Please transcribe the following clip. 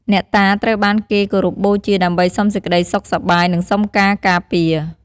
អ្នកតាត្រូវបានគេគោរពបូជាដើម្បីសុំសេចក្តីសុខសប្បាយ និងសុំការការពារ។